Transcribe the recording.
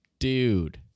Dude